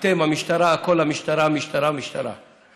אתם, המשטרה, המשטרה, הכול המשטרה,